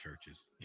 Churches